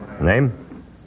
Name